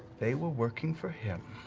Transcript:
they were working for him.